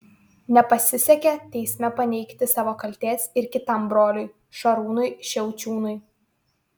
nepasisekė teisme paneigti savo kaltės ir kitam broliui šarūnui šiaučiūnui